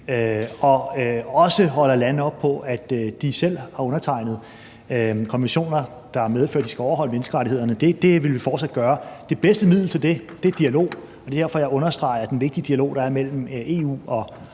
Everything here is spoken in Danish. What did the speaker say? og også holder lande op på, at de selv har undertegnet konventioner, der medfører, at de skal overholde menneskerettighederne. Det vil vi fortsat gøre, og det bedste middel til det er dialog, og det er derfor, jeg understreger den vigtige dialog, der er mellem EU og